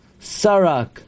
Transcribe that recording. sarak